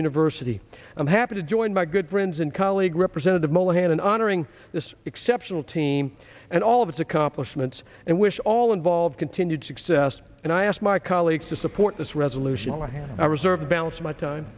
university i'm happy to join my good friends and colleague representative mohler hand in honoring this exceptional team and all of its accomplishments and wish all involved continued success and i asked my colleagues to support this resolution was a reserve balance of my time